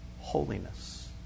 holiness